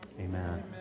amen